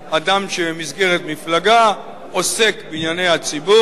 אדם שבמסגרת מפלגה עוסק בענייני הציבור,